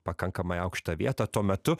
pakankamai aukštą vietą tuo metu